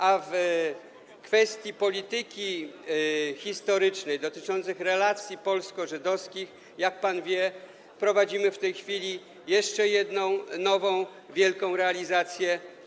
A w kwestii polityki historycznej dotyczącej relacji polsko-żydowskich, jak pan wie, prowadzimy w tej chwili jeszcze jedną nową wielką realizację.